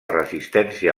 resistència